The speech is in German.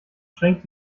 schränkt